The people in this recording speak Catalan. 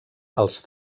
els